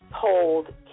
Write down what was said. told